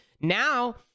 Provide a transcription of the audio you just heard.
Now